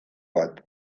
bat